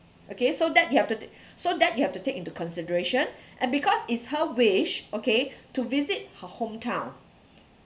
okay so that you have to t~ so that you have to take into consideration and because it's her wish okay to visit her hometown